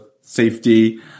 safety